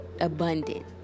abundant